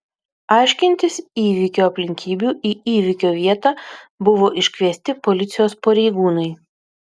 aiškintis įvykio aplinkybių į įvykio vietą buvo iškviesti policijos pareigūnai